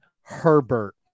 Herbert